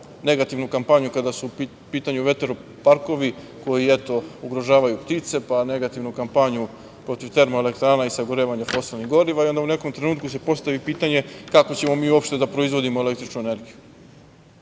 negativnu kampanju kada su u pitanju vetroparkovi koji, eto ugrožavaju ptice, pa negativnu kampanju protiv termoelektrana i sagorevanja fosilnih goriva, i onda u nekom trenutku se postavi pitanje – kako ćemo mi uopšte da proizvodimo električnu energiju? Potrebe